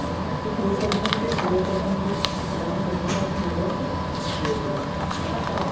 اَسہِ چھِ two percent تہِ فور پٔرسَنٹ تہِ تُہۍ ؤنِو تۄہہِ کُس اَکھ چھُو ضوٚرَتھ تہٕ سُے اَکھ دِمو أسۍ